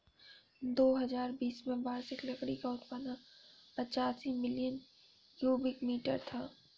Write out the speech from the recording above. दो हजार बीस में वार्षिक लकड़ी का उत्पादन पचासी मिलियन क्यूबिक मीटर था